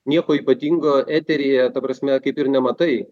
nieko ypatingo eteryje ta prasme kaip ir nematai